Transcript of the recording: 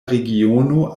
regiono